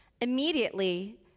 Immediately